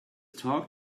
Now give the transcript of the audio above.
talk